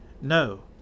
No